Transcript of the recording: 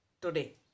Today